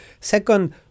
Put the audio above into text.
Second